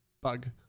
bug